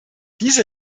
diese